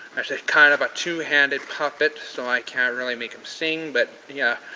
there's a kind of a two-handed puppet, so i can't really make him sing. but, yeah.